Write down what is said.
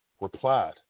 Replied